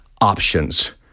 options